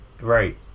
Right